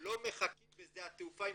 לא מחכים בשדה התעופה עם